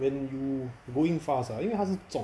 when you going fast ah 因为他是重